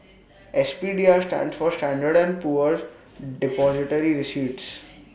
S P D R stands for standard and Poor's Depository receipts